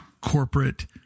corporate